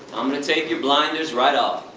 i'm gonna take your blinders right off!